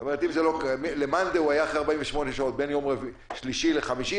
זאת אומרת שאם למאן דהו זה היה אחרי 48 שעות בין יום שלישי לחמישי,